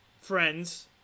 friends